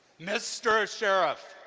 mr. sheriff,